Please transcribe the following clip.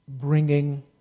bringing